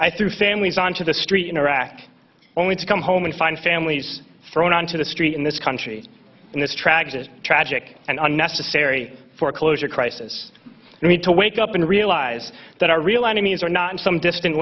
i threw families onto the street in iraq only to come home and find families thrown onto the street in this country in this tragic tragic and unnecessary foreclosure crisis we need to wake up and realize that our real enemies are not some distant